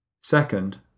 Second